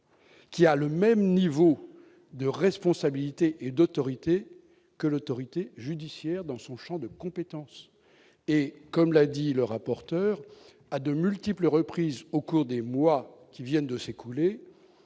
Qui a le même niveau de responsabilité et d'autorité, que l'autorité judiciaire dans son Champ de compétences et comme l'a dit le rapporteur à de multiples reprises au cours des mois qui viennent de s'écouler,